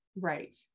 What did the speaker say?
Right